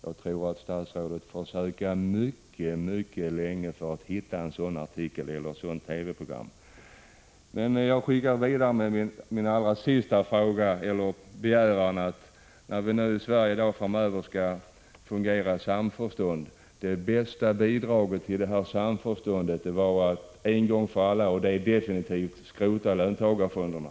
Jag tror att statsrådet får söka mycket länge för att hitta en sådan artikel eller ett sådant TV-program. Till sist vill jag, med tanke på att vi nu i Sverige skall ha ett ökat samförstånd, vidarebefordra mitt budskap: Det bästa bidraget till ett ökat samförstånd vore att en gång för alla skrota löntagarfonderna.